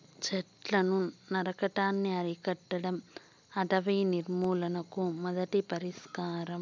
చెట్లను నరకటాన్ని అరికట్టడం అటవీ నిర్మూలనకు మొదటి పరిష్కారం